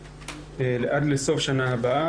עד לסוף שנה הבאה.